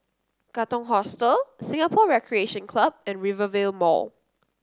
Katong Hostel Singapore Recreation Club and Rivervale Mall